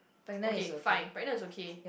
okay fine pregnant is okay